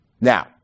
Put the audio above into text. Now